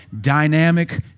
dynamic